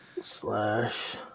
Slash